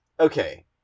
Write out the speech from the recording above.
Okay